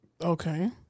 Okay